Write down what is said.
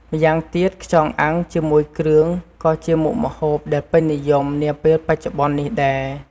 ម៉្យាងទៀត ខ្យងអាំងជាមួយគ្រឿងក៏ជាមុខម្ហូបដែលពេញនិយមនាពេលបច្ចុប្បន្ននេះដែរ។